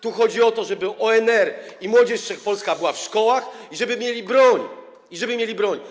Tu chodzi o to, żeby ONR i Młodzież Wszechpolska były w szkołach, żeby mieli oni broń - żeby mieli broń.